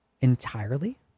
entirely